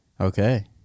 okay